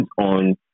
on